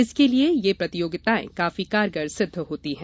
इसके लिये यह प्रतियोगिताएं काफी कारगर सिद्ध होती हैं